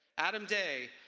adam day,